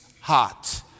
hot